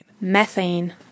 Methane